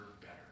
better